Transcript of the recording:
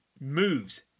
Moves